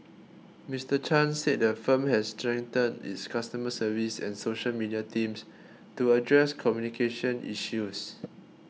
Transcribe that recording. Mister Chan said the firm has strengthened its customer service and social media teams to address communication issues